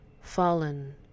Fallen